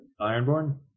Ironborn